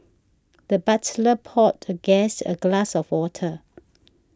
the butler poured the guest a glass of water